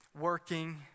working